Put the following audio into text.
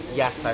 yes